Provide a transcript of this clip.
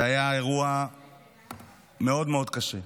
זה היה אירוע מאוד מאוד קשה.